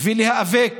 ולהיאבק